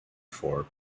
for